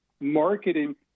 marketing